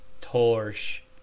torch